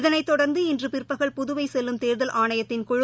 இதளைத் தொடர்ந்து இன்றுபிற்பகல் புதுவைசெல்லும் தேர்தல் ஆணையத்தின் குழு